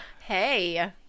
Hey